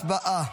הצבעה.